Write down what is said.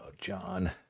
john